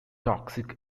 toxic